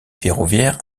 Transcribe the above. ferroviaire